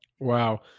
Wow